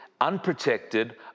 unprotected